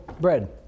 bread